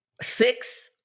six